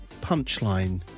punchline